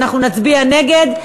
אנחנו נצביע נגד,